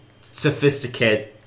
sophisticated